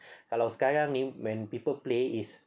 kalau sekarang ni when people play is